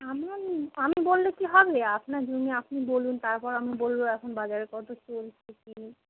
আমি ওই আমি বললে কি হবে আপনার জমি আপনি বলুন তারপর আমি বলবো এখন বাজারে কতো চলছে কী